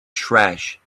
trash